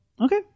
Okay